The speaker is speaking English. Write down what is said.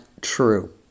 true